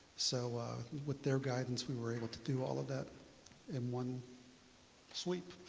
so with their guidance we were able to do all of that in one sweep.